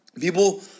People